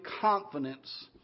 confidence